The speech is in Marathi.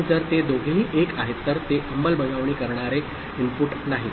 आणि जर ते दोघेही 1 आहेत तर ते अंमलबजावणी करणारे इनपुट नाही